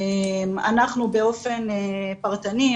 אנחנו באופן פרטני,